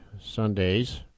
Sundays